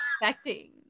expecting